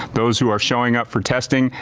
those who are showing up for testing.